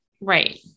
Right